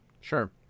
Sure